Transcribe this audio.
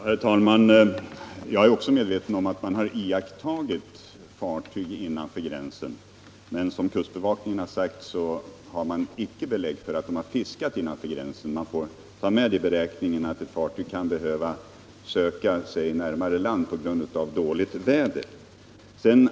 Herr talman! Jag är också medveten om att man iakttagit fartyg innanför gränsen, men enligt kustbevakningen har man icke belägg för att fiske förekommit innanför gränsen. Man måste ta med i beräkningen att ett fartyg kan behöva söka sig närmare land på grund av t.ex. dåligt väder.